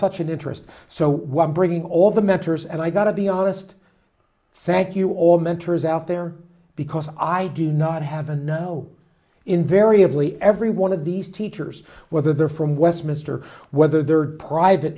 an interest so one bringing all the mentors and i got to be honest thank you all mentors out there because i do not have a know invariably every one of these teachers whether they're from westminster whether they're private